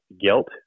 guilt